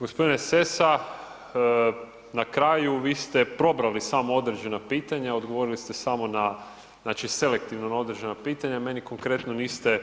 G. Sesa, na kraju vi ste pobrali samo određena pitanja, odgovorili ste samo na znači selektivno na određena pitanja, meni konkretno niste